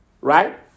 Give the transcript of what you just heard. right